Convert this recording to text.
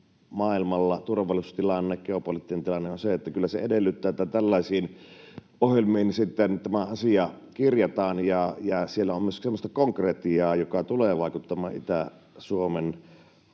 maailmalla, turvallisuustilanne, geopoliittinen tilanne, on sellainen, että kyllä se edellyttää, että tällaisiin ohjelmiin sitten tämä asia kirjataan ja siellä on myös sellaista konkretiaa, joka tulee vaikuttamaan Itä-Suomen